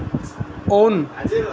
on